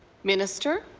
minister?